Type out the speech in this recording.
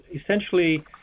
essentially